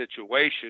situation